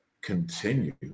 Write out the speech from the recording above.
continue